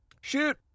Shoot